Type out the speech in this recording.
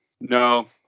No